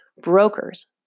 Brokers